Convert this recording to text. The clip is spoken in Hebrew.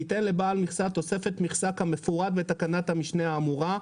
תיתן לבעל מכסה תוספת מכסה כמפורט בתקנת המשנה האמורה,